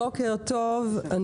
בוקר טוב לכולם,